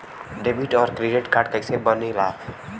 Debit और credit card कईसे बने ने ला?